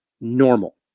normal